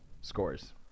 scores